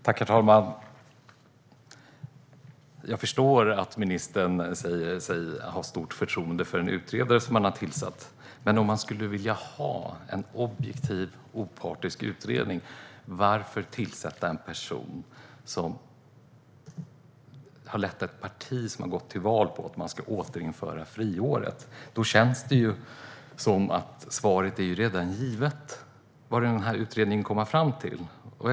Herr talman! Jag förstår att ministern säger sig ha stort förtroende för den utredare man har tillsatt. Men om man vill ha en objektiv, opartisk utredning, varför tillsätter man då en person som är medlem i ett parti som har gått till val på att återinföra friåret? Då känns det ju som att det redan är givet vilket svar utredningen kommer att komma fram till.